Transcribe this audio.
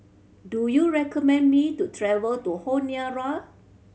do you recommend me to travel to Honiara